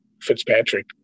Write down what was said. Fitzpatrick